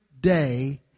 day